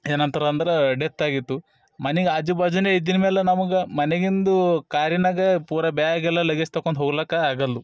ಏನಂತರೆ ಅಂದ್ರೆ ಡೆತ್ ಆಗಿತ್ತು ಮನಿಗೆ ಆಜು ಬಾಜುನೆ ಇದ್ದಿನ ಮೇಲೆ ನಮಗೆ ಮನೆಗಿಂದ ಕಾರಿನಾಗೆ ಪೂರ ಬ್ಯಾಗ್ ಎಲ್ಲ ಲಗೇಜ್ ತೊಕೊಂಡ್ ಹೋಗ್ಲಿಕ್ಕ ಆಗೊಲ್ದು